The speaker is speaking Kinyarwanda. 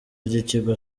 ry’ikigo